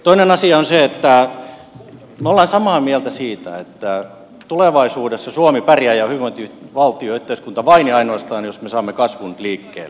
toinen asia on se että me olemme samaa mieltä siitä että tulevaisuudessa suomi hyvinvointivaltio ja yhteiskunta pärjää vain ja ainoastaan jos me saamme kasvun liikkeelle